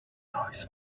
noise